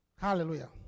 Hallelujah